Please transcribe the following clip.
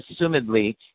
assumedly